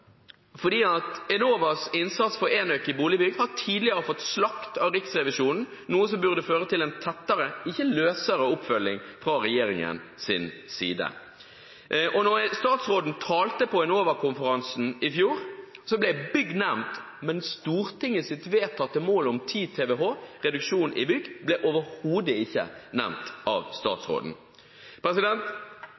fordi Enovas innsats for enøk i boligbygg har tidligere fått slakt av Riksrevisjonen, noe som burde føre til en tettere, ikke løsere, oppfølging fra regjeringens side. Da statsråden talte på Enovakonferansen i fjor, ble bygg nevnt, men Stortingets vedtatte mål om 10 TWh reduksjon i bygg ble overhodet ikke nevnt av